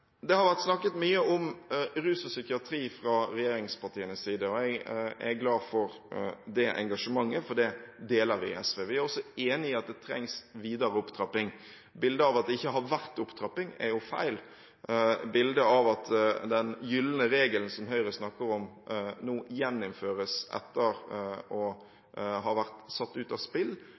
Det har vært snakket mye om rus og psykiatri fra regjeringspartienes side. Jeg er glad for det engasjementet, for det deler vi i SV. Vi er også enig i at det trengs videre opptrapping. Bildet av at det ikke har vært opptrapping, er feil. Bildet av at den gylne regelen, som Høyre snakker om, nå gjeninnføres etter å ha vært satt ut av spill,